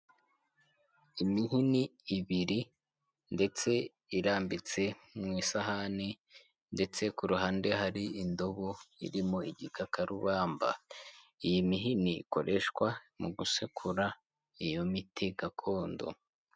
Imihini ibiri ndetse irambitse mu isahani, ndetse ku ruhande hari indobo irimo igikakarubamba, iyi mihini ikoreshwa mu gusekura iyo miti gakondo.